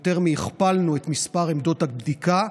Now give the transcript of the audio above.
יותר מאשר הכפלנו את מספר עמדות הבדיקה.